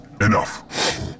Enough